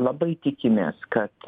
labai tikimės kad